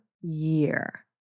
year